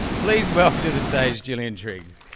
please welcome to the stage gillian triggs.